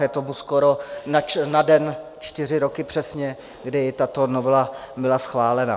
Je tomu skoro na den čtyři roky přesně, kdy tato novela byla schválena.